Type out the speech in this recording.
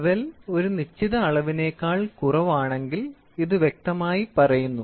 level ഒരു നിശ്ചിത അളവിനേക്കാൾ കുറവാണെങ്കിൽ ഇത് വ്യക്തമായി പറയുന്നു